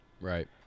Right